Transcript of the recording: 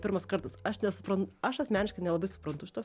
pirmas kartas aš nesupran aš asmeniškai nelabai suprantu šito